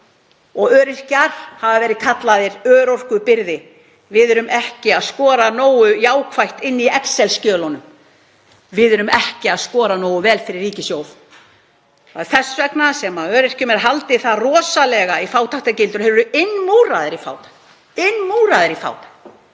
Öryrkjar hafa verið kallaðir örorkubyrði. Við erum ekki að skora nógu jákvætt í excel-skjölunum. Við erum ekki að skora nógu vel fyrir ríkissjóð. Það er þess vegna sem öryrkjum er haldið í fátæktargildru, þeir eru innmúraðir í fátækt.